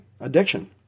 addiction